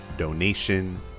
donation